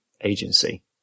Agency